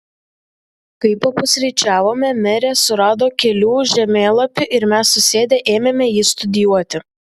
kai papusryčiavome merė surado kelių žemėlapį ir mes susėdę ėmėme jį studijuoti